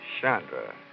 Chandra